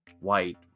White